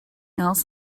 else